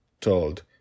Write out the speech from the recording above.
told